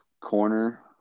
corner